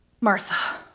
Martha